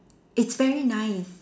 it's very nice